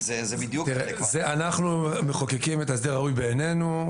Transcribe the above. --- אנחנו מחוקקים את ההסדר הראוי בעינינו.